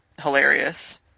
hilarious